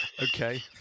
Okay